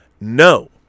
No